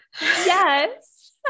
Yes